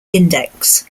index